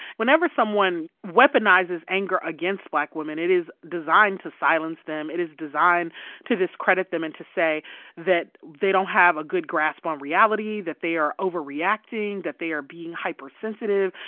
whenever someone weaponizes anger against black women, it is designed to silence them. it is designed to discredit them and to say that they don't have a good grasp on um reality, that they are overreacting, that they are being hypersensitive,